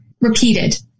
repeated